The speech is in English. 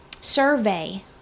survey